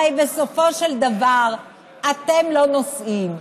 הרי בסופו של דבר אתם לא נוסעים.